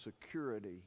security